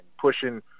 pushing